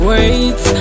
Wait